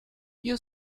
you